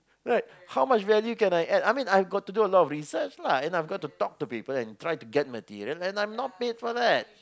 right how much value can I add I mean I got to do a lot of research lah and I got to talk to people and try to get materials and I'm not paid for that